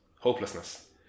hopelessness